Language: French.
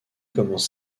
commence